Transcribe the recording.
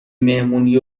مهمونی